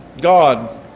God